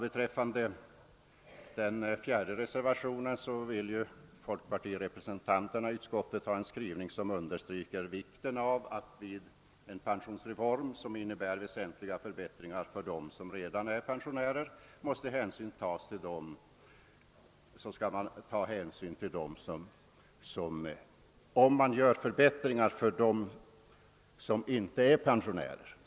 Beträffande den fjärde reservationen vill folkpartirepresentanterna i utskottet ha en skrivning, som understryker vikten av att, om man gör förbättringar för dem som inte är pensionärer, hänsyn måste tas till dem som redan är pensionärer.